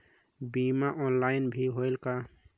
बीमा ऑनलाइन भी होयल का?